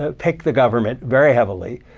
ah pick the government very heavily.